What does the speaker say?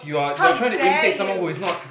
how dare you